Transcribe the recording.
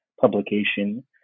publication